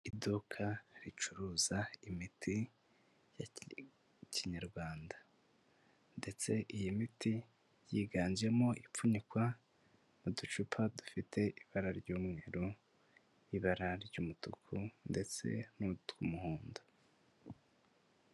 Iduka ricuruza imiti ya kinyarwanda ndetse iyi miti yiganjemo ipfunyikwa mu ducupa dufite ibara ry'umweru n'ibara ry'umutuku ndetse n'utw'umuhondo.